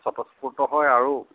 স্বতঃস্ফূত হয় আৰু